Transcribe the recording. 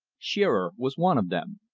shearer was one of them.